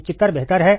उच्चतर बेहतर है